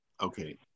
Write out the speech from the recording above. Okay